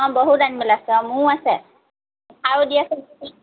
অ বহুত আনিবলৈ আছে অ মোৰো আছে অ'ফাৰো দি আছে